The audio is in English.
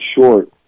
short